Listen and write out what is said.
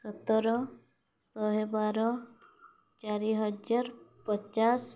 ସତର ଶହେ ବାର ଚାରିହଜାର ପଚାଶ